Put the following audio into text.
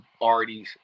already